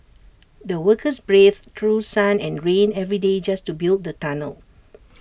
the workers braved through sun and rain every day just to build the tunnel